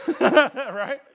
right